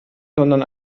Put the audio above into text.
sondern